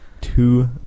Two